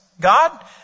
God